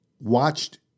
watched